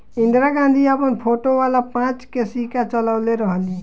इंदिरा गांधी अपन फोटो वाला पांच के सिक्का चलवले रहली